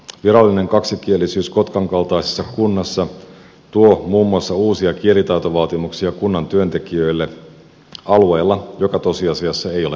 virallinen kaksikielisyys kotkan kaltaisessa kunnassa tuo muun muassa uusia kielitaitovaatimuksia kunnan työntekijöille alueella joka tosiasiassa ei ole kaksikielinen